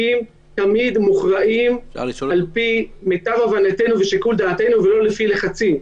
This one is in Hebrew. התיקים תמיד מוכרעים על פי מיטב הבנתנו ושיקול דעתנו ולא לפי לחצים.